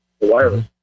wireless